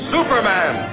Superman